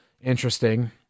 interesting